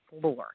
floor